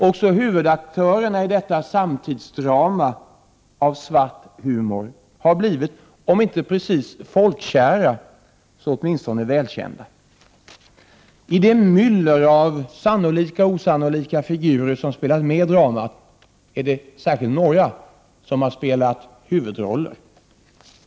Också huvudaktörerna i detta samtidsdrama av svart humor har blivit, om inte precis folkkära, så åtminstone välkända. I det myller av sannolika och osannolika figurer som spelat med i dramat är det särskilt några som har spelat huvudroller.